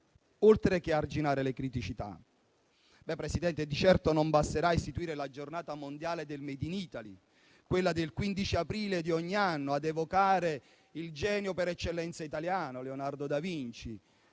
oltre che arginare le criticità. Di certo non basterà istituire la Giornata mondiale del *made in Italy*, che cade il 15 aprile di ogni anno, ad evocare il genio italiano per eccellenza, Leonardo da Vinci.